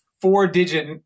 four-digit